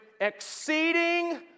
exceeding